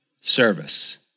service